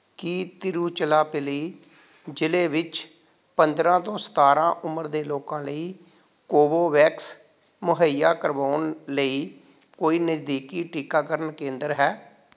ਕੀ ਤਿਰੁਚਿਰਾਪੱਲੀ ਜ਼ਿਲ੍ਹੇ ਵਿੱਚ ਪੰਦਰ੍ਹਾਂ ਤੋਂ ਸਤਾਰ੍ਹਾਂ ਉਮਰ ਦੇ ਲੋਕਾਂ ਲਈ ਕੋਵੋਵੈਕਸ ਮੁਹੱਈਆ ਕਰਵਾਉਣ ਲਈ ਕੋਈ ਨਜ਼ਦੀਕੀ ਟੀਕਾਕਰਨ ਕੇਂਦਰ ਹੈ